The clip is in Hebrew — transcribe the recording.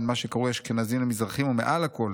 בין מה שקרוי אשכנזים למזרחים ומעל לכול